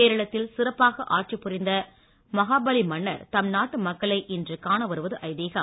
கேரளத்தில் சிறப்பாக ஆட்சி புரிந்த மாவேலி மன்னர் தம் நாட்டு மக்களை இன்று காண வருவது ஐதீகம்